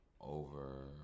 over